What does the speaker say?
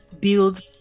build